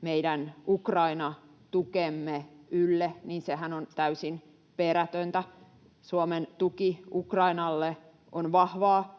meidän Ukraina-tukemme ylle, niin sehän on täysin perätöntä. Suomen tuki Ukrainalle on vahvaa.